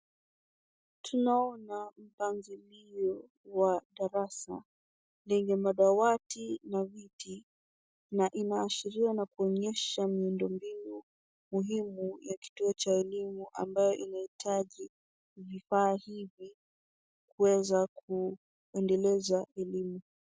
Tunaona mpangilio wa darasa lenye madawati na viti na inaashiria na kuonyesha miundo mbinu muhimu ya kituo cha elimu ambayo inahitaji vifaa hivi kuweza kuendeleza elimu.